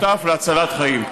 ולהיות שותפים להצלת חיים.